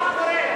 מה קרה?